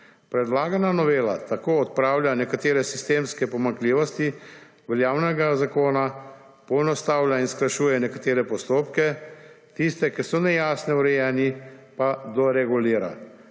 Predlagana novela tako odpravlja nekatere sistemske pomanjkljivosti veljavnega zakona, poenostavlja in skrajšuje nekatere postopke. Tisti, ki so nejasno urejeni pa doregulira.